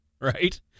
right